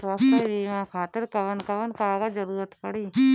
स्वास्थ्य बीमा खातिर कवन कवन कागज के जरुरत पड़ी?